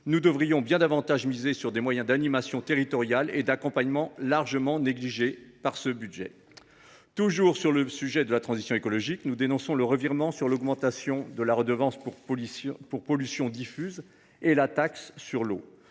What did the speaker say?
Nous devrions bien davantage miser sur des moyens d’animation territoriale et d’accompagnement largement négligés par ce budget. Toujours en ce qui concerne la transition écologique, nous dénonçons le revirement sur l’augmentation de la redevance pour pollutions diffuses et sur la taxe sur l’eau.